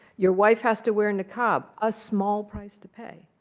your wife has to wear a niqab, a small price to pay.